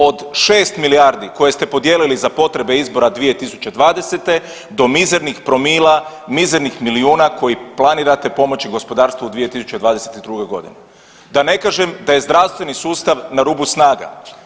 Od šest milijardi koje ste podijelili za potrebe izbora 2020. do mizernih promila, mizernih milijuna kojim planirate pomoći gospodarstvu u 2022.g., da ne kažem da je zdravstveni sustav na rubu snaga.